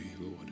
Lord